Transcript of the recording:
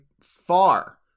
far